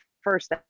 first